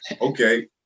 Okay